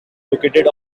located